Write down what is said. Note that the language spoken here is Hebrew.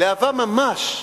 לאהבה ממש,